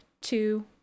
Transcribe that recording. two